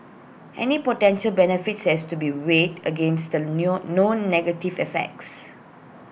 any potential benefits has to be weighed against the known negative effects